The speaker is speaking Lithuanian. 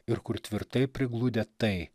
ir kur tvirtai prigludę tai